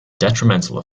detrimental